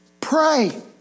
Pray